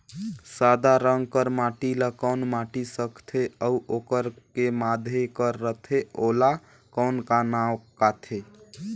सादा रंग कर माटी ला कौन माटी सकथे अउ ओकर के माधे कर रथे ओला कौन का नाव काथे?